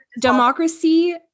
democracy